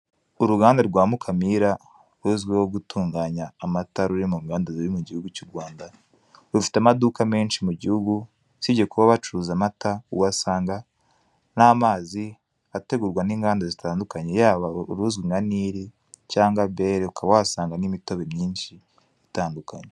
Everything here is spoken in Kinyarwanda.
Uruganda rwa Mukamira ruzwiho gutunganya amata riri mu nganda ziri mu gihugu cy' u Rwanda. Rufite amaduka menshi mu guhugu, usibye kuba bacuruza amata uhasanga n'amazi ategurwa n'inganda zitandikanye yaba uruzwi nka Nili cyangwa Bere ukaba wahasanga n'imitobe myinshi itandukanye.